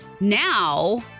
now